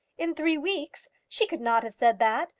in three weeks she could not have said that.